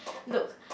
look